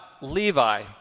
Levi